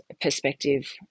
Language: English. perspective